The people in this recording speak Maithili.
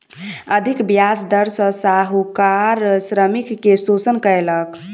अधिक ब्याज दर सॅ साहूकार श्रमिक के शोषण कयलक